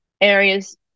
areas